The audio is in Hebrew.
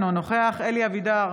אינו נוכח אלי אבידר,